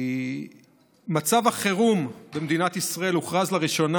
מצב החירום במדינת ישראל הוכרז לראשונה